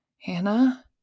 Hannah